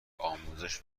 آموزش